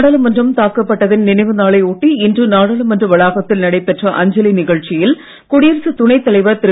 நாடாளுமன்றம் தாக்கப்பட்டதன் நினைவு நாளை ஒட்டி இன்று நாடாளுமன்ற வளாகத்தில் நடைபெற்ற அஞ்சலி நிகழ்ச்சியில் குடியரசுத் துணை தலைவர் திரு